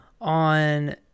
on